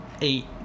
eight